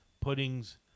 puddings